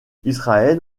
israël